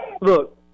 Look